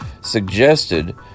suggested